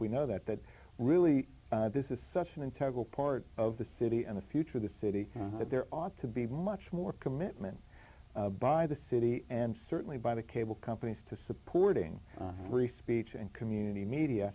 we know that really this is such an integral part of the city and the future of the city that there ought to be much more commitment by the city and certainly by the cable companies to supporting free speech and community media